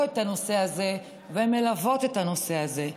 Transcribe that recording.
את הנושא הזה ומלוות את הנושא הזה.